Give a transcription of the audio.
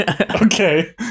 Okay